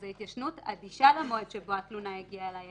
אז ההתיישנות אדישה למועד שבו התלונה הגיעה אלי.